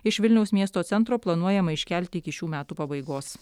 iš vilniaus miesto centro planuojama iškelti iki šių metų pabaigos